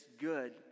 good